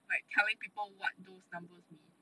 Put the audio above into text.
like telling people what those numbers mean